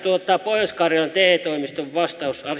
pohjois karjalan te toimiston vastaus